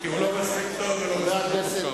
אין כל צורך בחוק הזה.